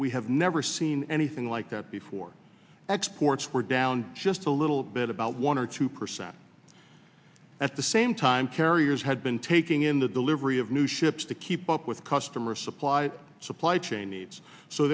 we have never seen anything like that before exports were down just a little bit about one or two percent at the same time carriers had been taking in the delivery of new ships to keep up with customer supplied suppl